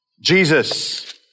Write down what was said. Jesus